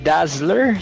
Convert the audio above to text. Dazzler